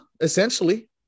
essentially